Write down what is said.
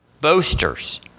boasters